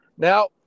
Now